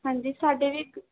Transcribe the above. ਹਾਂਜੀ ਸਾਡੇ ਵੀ ਇੱਕ